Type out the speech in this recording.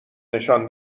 نشان